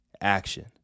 action